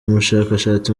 umushakashatsi